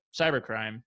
cybercrime